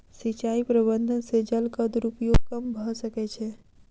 सिचाई प्रबंधन से जलक दुरूपयोग कम भअ सकै छै